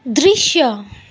दृश्य